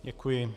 Děkuji.